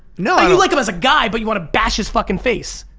no i don't. you like him as a guy but you wanna bash his fuckin face.